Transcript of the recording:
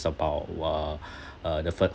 about uh uh the fa~